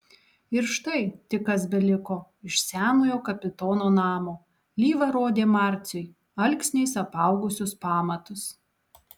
ir štai tik kas beliko iš senojo kapitono namo lyva rodė marciui alksniais apaugusius pamatus